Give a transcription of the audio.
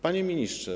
Panie Ministrze!